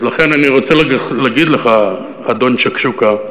אז לכן אני רוצה להגיד לך, אדון שקשוקה,